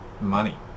money